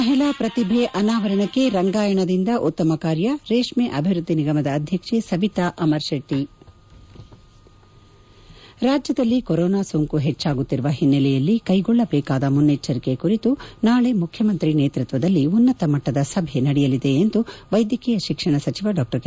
ಮಹಿಳಾ ಪ್ರತಿಭೆ ಅನಾವರಣಕ್ಕೆ ರಂಗಾಯಣದಿಂದ ಉತ್ತಮ ಕಾರ್ಯ ರೇಷ್ಮ ಅಭಿವೃದ್ಧಿ ನಿಗಮದ ಅಧ್ಯಕ್ಷೆ ಸವಿತಾ ಅಮರ್ಶೆಟ್ಟಿ ರಾಜ್ಯದಲ್ಲಿ ಕೊರೋನಾ ಸೋಂಕು ಹೆಚ್ಚಾಗುತ್ತಿರುವ ಹಿನ್ನೆಲೆಯಲ್ಲಿ ಕೈಗೊಳ್ಳಬೇಕಾದ ಮನ್ನೆಚ್ಚರಿಕೆ ಕುರಿತು ನಾಳೆ ಮುಖ್ಯಮಂತ್ರಿ ನೇತೃತ್ವದಲ್ಲಿ ಉನ್ನತಮಟ್ಟದ ಸಭೆ ನಡೆಯಲಿದೆ ಎಂದು ವೈದ್ಯಕೀಯ ಶಿಕ್ಷಣ ಸಚಿವ ಡಾ ಕೆ